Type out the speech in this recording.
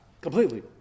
completely